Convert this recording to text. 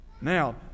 Now